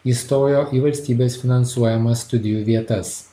įstojo į valstybės finansuojamas studijų vietas